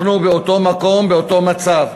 אנחנו באותו מקום, באותו מצב.